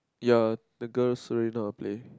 ya the girls surely know how to play